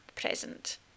present